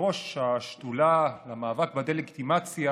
כיושב-ראש השדולה למאבק בדה-לגיטימציה